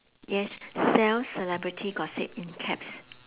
yes sell celebrity gossip in caps